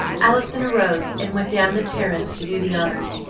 allison arose and went down the terrace to do the honors,